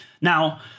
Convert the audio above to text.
Now